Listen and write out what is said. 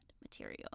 material